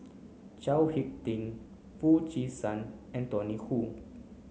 Chao Hick Tin Foo Chee San and Tony Hoo